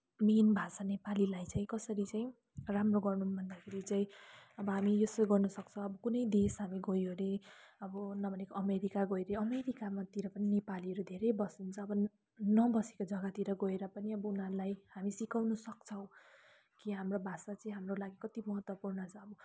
main भाषा नेपालीलाई चाहिँ कसरी चाहिँ राम्रो गर्नु भन्दाखेरि चाहिँ अब हामी यसो गर्न सक्छ कुनै देश हामी गयो अरे अब नभनेको अमेरिका गयो अरे अमेरिकातिर पनि अब नेपालीहरू धेरै बस्नुहुन्छ नबसेको जग्गातिर गएर पनि अब उनाहरूलाई हामी सिकाउन सक्छौँ कि हाम्रो भाषा चाहिँ हाम्रो लागि कति महत्त्वपूर्ण छ